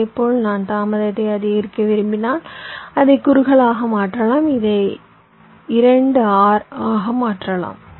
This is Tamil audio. இதேபோல் நான் தாமதத்தை அதிகரிக்க விரும்பினால் அதை குறுகலாக மாற்றலாம் அதை 2R ஆக மாற்றலாம்